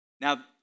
Now